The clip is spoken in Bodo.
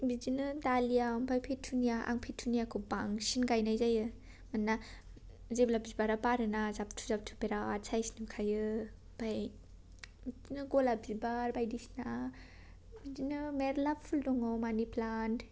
बिदिनो दालिआ ओमफ्राय पेटुनिया आं पेटुनियाखौ बांसिन गायनाय जायो मानोना जेब्ला बिबारा बारोना जा बुरजा बुरजा बिरात साइज नुखायो ओमफ्राय बिदिनो गलाब बिबार बायदिसना बिदिनो मेरला फुल दंबावो मानि प्लान्त